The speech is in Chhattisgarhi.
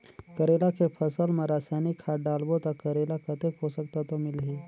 करेला के फसल मा रसायनिक खाद डालबो ता करेला कतेक पोषक तत्व मिलही?